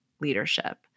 leadership